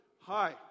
Hi